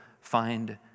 find